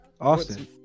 Austin